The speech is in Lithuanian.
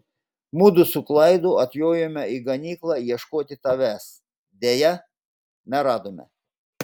mudu su klaidu atjojome į ganyklą ieškoti tavęs deja neradome